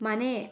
ಮನೆ